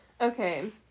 Okay